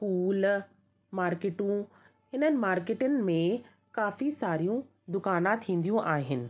school मार्केटूं इन्हनि मार्केटनि में काफ़ी सारियूं दुकाना थींदियूं आहिनि